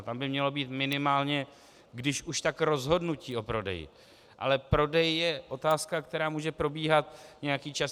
Tam by mělo být minimálně když už tak rozhodnutí o prodeji, ale prodej je otázka, která může probíhat nějaký čas.